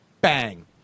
bang